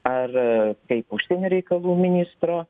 ar kaip užsienio reikalų ministro